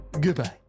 goodbye